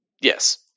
Yes